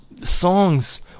songs